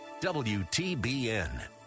WTBN